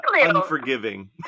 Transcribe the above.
unforgiving